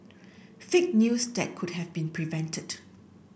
fake news that could have been prevented